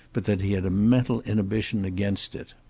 but that he had a mental inhibition against it.